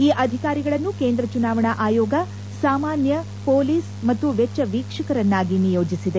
ಈ ಅಧಿಕಾರಿಗಳನ್ನು ಕೇಂದ್ರ ಚುನಾವಣಾ ಆಯೋಗ ಸಾಮಾನ್ಯ ಪೊಲೀಸ್ ಮತ್ತು ವೆಚ್ಚ ವೀಕ್ವಕರನ್ನಾಗಿ ನಿಯೋಜಿಸಿದೆ